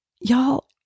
Y'all